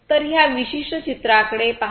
तर ह्या विशिष्ट चित्राकडे पहा